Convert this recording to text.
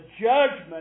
judgment